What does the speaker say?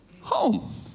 home